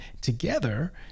together